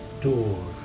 door